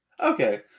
Okay